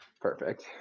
Perfect